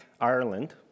Ireland